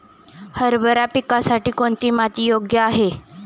हरभरा पिकासाठी कोणती माती योग्य आहे?